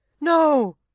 No